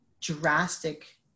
drastic